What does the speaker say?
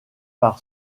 par